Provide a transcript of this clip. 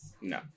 No